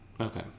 okay